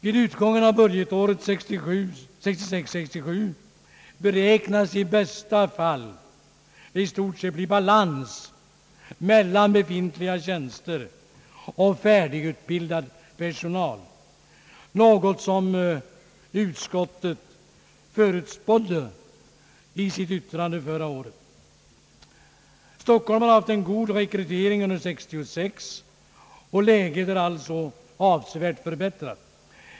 Vid utgången av budgetåret 1966/67 beräknas det i bästa fall i stort sett bli balans mellan befintliga tjänster och färdigutbildad personal, något som utskottet förutspådde i sitt yttrande förra året. Stockholm har haft en god rekrytering under 1966, och läget är avsevärt förbättrat.